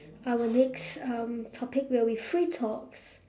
our next um topic will be free talks